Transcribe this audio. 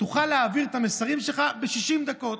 תוכל להעביר את המסרים שלך ב-60 דקות.